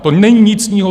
To není nic jiného!